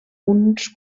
uns